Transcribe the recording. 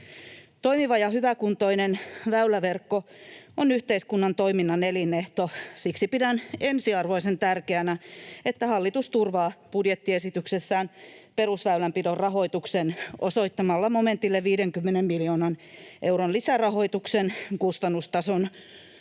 Toimiva ja hyväkuntoinen väyläverkko on yhteiskunnan toiminnan elinehto. Siksi pidän ensiarvoisen tärkeänä, että hallitus turvaa budjettiesityksessään perusväylänpidon rahoituksen osoittamalla momentille 50 miljoonan euron lisärahoituksen kustannustason nousuun